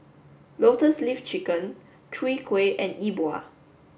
Lotus Leaf Chicken Chwee Kueh and E Bua